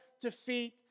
defeat